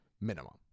minimum